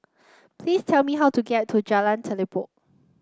please tell me how to get to Jalan Telipok